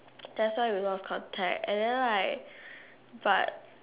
that's why we lost contact and then right but